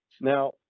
Now